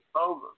over